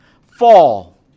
fall